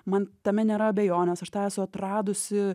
man tame nėra abejonės aš tą esu atradusi